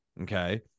okay